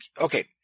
okay